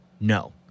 No